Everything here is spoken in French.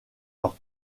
leur